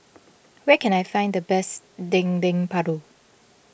where can I find the best Dendeng Paru